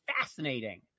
fascinating